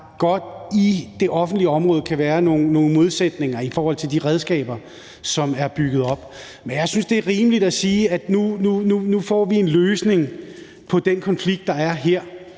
der godt på det offentlige område kan være nogle modsætninger i forhold til de redskaber, som er bygget op. Men jeg synes, det er rimeligt, at vi nu får en løsning på den konflikt, der er her,